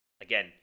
again